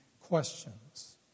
questions